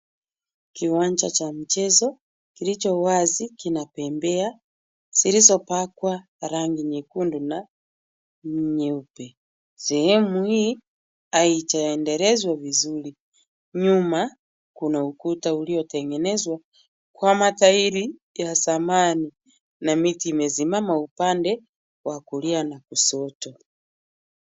Kiwanja cha mchezo kilichowazi kina bembea zilizopakwa rangi nyekundu na nyeupe, sehemu hii haijaendelezwa vizuri, nyuma kuna ukuta uliotengenezwa kwa matairi ya zamani na miti imesimama upande wa kulia na kushoto.